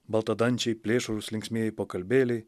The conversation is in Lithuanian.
baltadančiai plėšrūs linksmieji pokalbėliai